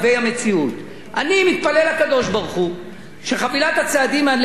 אני מתפלל לקדוש-ברוך-הוא שחבילת הצעדים שאנחנו מדברים עליה היום,